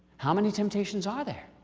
how many temptations are there?